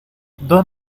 dos